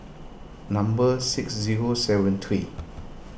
number six zero seven three